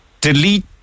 delete